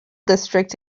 district